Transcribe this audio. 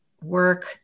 work